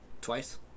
twice